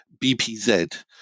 bpz